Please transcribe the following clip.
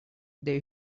they